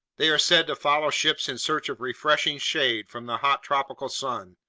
they are said to follow ships in search of refreshing shade from the hot tropical sun,